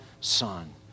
Son